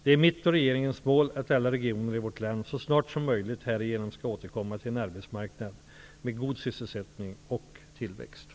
Det är mitt och regeringens mål att alla regioner i vårt land så snart som möjligt härigenom skall återkomma till en arbetsmarknad med god sysselsättning och tillväxt.